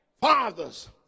Fathers